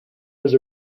was